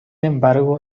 embargo